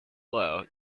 low